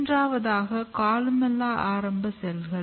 மூன்றவதாக columella ஆரம்ப செல்கள்